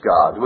God